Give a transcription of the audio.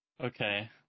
Okay